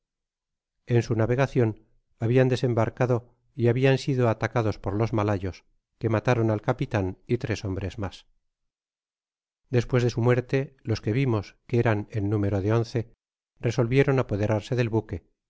en su navegacion habian desembarcado y habian sido atacados por los malayos que mataron al capitan y tres hombres mas despues de su muerte los que vimos que eran en número de once re content from google book search generated at solvieron apoderarse del buque